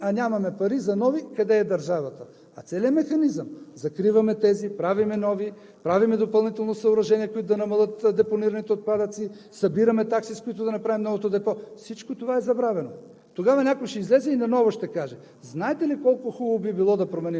ще бъде така! Какво правим след като половината клетки са пълни, а нямаме пари за нови? Къде е държавата? А целият механизъм – закриваме тези, правим нови, правим допълнителни съоръжения, които да намалят депонираните отпадъци, събираме такси, с които да направим новото депо. Всичко това е забравено.